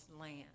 land